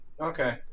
Okay